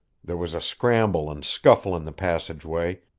there was a scramble and scuffle in the passageway,